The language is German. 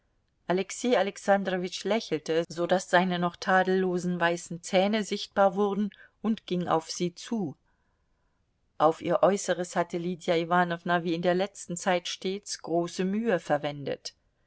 alexei alexandrowitsch lächelte so daß seine noch tadellosen weißen zähne sichtbar wurden und ging auf sie zu auf ihr äußeres hatte lydia iwanowna wie in der letzten zeit stets große mühe verwendet